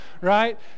right